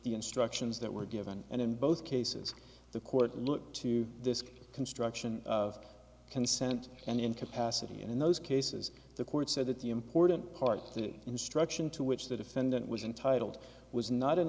instructions that were given and in both cases the court looked to this construction of consent and incapacity and in those cases the court said that the important part the instruction to which the defendant was entitled was not an